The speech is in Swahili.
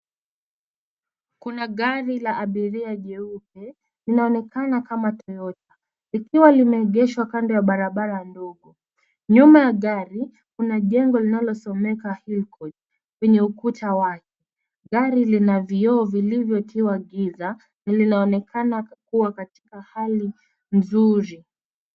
Kuna gari la abiria jeupe, linaonekana kama Toyota, likiwa limeegeshwa kando ya barabara ndogo. Nyuma ya gari, kuna jengo linalosomeka; Hill Court kwenye ukuta wake. Gari lina vioo vilivyotiwa giza lililoonekana kuwa katika hali mzuri.